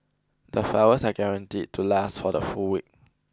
the flowers are guaranteed to last for the full week